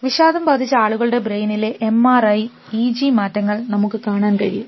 വിഷാദം ബാധിച്ച ആളുകളുടെ ബ്രെയിനിലെ എംആർഐ ഇ ജി മാറ്റങ്ങൾ നമുക്ക് കാണാൻ കഴിയും